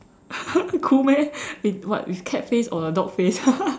cool meh what with cat face or a dog face